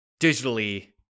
digitally